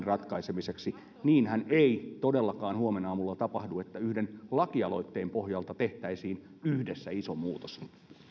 ratkaisemiseksi niinhän ei todellakaan huomenaamulla tapahdu että yhden lakialoitteen pohjalta tehtäisiin yhdessä iso muutos